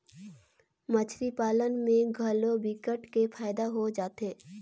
मछरी पालन में घलो विकट के फायदा हो जाथे